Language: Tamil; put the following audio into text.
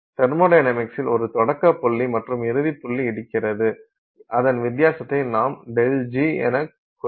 தெர்மொடைனமிக்ஸில் ஒரு தொடக்கப் புள்ளி மற்றும் இறுதிப்புள்ளி இருக்கிறது அதன் வித்தியாசத்தை நாம் ΔG எனக் குறிக்கிறோம்